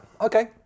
Okay